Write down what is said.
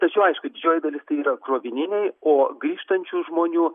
tačiau aišku didžioji dalis tai yra krovininiai o grįžtančių žmonių